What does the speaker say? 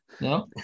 no